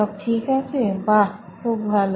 সব ঠিক আছে বাহ খুব ভালো